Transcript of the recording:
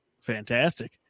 Fantastic